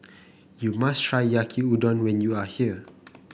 you must try Yaki Udon when you are here